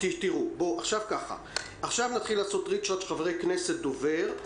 עכשיו נתחיל לעשות ריץ'-רץ' בין חברי כנסת לבין דוברים.